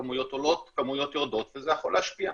כמויות עולות וכמויות יורדות וזה יכול להשפיע.